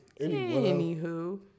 anywho